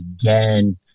again